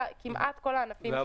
כמעט מכל הענפים.